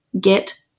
Get